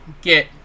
get